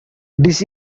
this